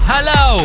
Hello